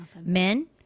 men